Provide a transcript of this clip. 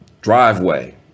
driveway